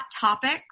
topics